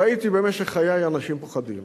ראיתי במשך חיי אנשים פוחדים.